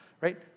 right